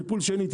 טיפול שני,